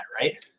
right